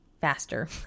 faster